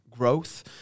growth